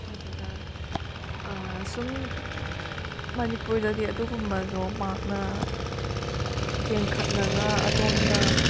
ꯑꯗꯨꯗ ꯁꯨꯝ ꯃꯅꯤꯄꯨꯔꯗꯗꯤ ꯑꯗꯨꯒꯨꯝꯕꯗꯣ ꯄꯥꯛꯅ ꯌꯦꯡꯈꯠꯂꯒ ꯑꯗꯣꯝꯗ